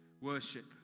Worship